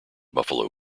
buffalo